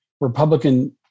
Republican